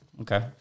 Okay